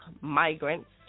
migrants